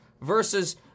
versus